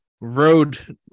road